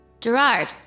Gerard